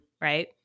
right